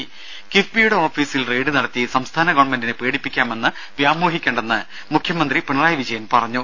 രുര കിഫ്ബിയുടെ ഓഫീസിൽ റെയ്ഡ് നടത്തി സംസ്ഥാന ഗവൺമെന്റിനെ പേടിപ്പിക്കാമെന്ന് വ്യാമോഹിക്കേണ്ടെന്ന് മുഖ്യമന്ത്രി പിണറായി വിജയൻ പറഞ്ഞു